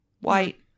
white